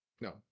No